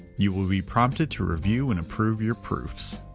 you will be prompted to review and approve your proofs.